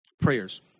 prayers